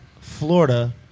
Florida –